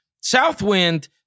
Southwind